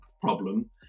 problem